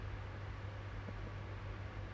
uh all around us there are people